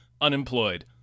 unemployed